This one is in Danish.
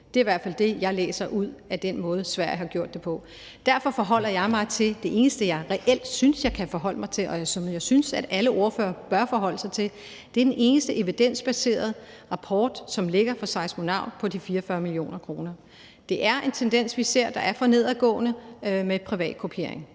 Det er i hvert fald det, jeg læser ud af den måde, Sverige har gjort det på. Derfor forholder jeg mig til det eneste, jeg synes jeg reelt kan forholde mig til, og som jeg synes alle ordførere bør forholde sig til, nemlig den eneste evidensbaserede rapport, som ligger fra Seismonaut på de 44 mio. kr. Med hensyn til privatkopiering